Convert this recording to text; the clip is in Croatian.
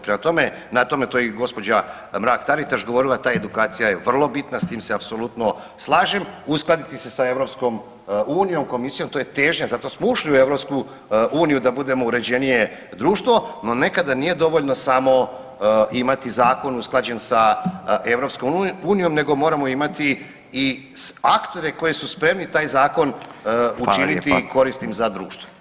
Prema tome, na tome, to je i gđa. Mrak-Taritaš govorila, ta edukacija je vrlo bitna, s tim se apsolutno slažem, uskladiti se sa EU, Komisijom, to je težnja, zato smo ušli u EU, da budemo uređenije društvo, no nekada nije dovoljno samo imati zakon usklađen sa EU, nego moramo imati i aktove koji su spremni taj zakon učiniti [[Upadica: Hvala lijepa.]] korisnim za društvo.